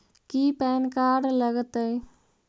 की PAN card लग तै?